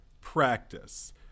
practice